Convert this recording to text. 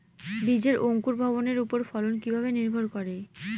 বীজের অঙ্কুর ভবনের ওপর ফলন কিভাবে নির্ভর করে?